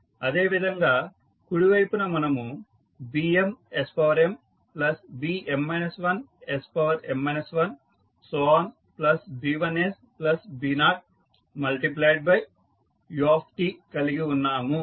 అదే విధంగా కుడి వైపున మనము bmsmbm 1sm 1b1sb0ut కలిగి ఉన్నాము